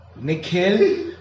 Nikhil